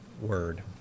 Word